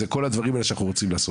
זה כל הדברים האלה שאנחנו רוצים לעשות,